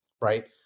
right